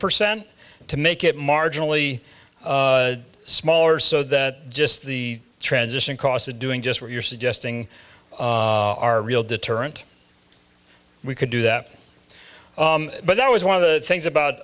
percent to make it marginally smaller so that just the transition costs of doing just what you're suggesting are real deterrent we could do that but that was one of the things about